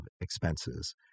expenses